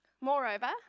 Moreover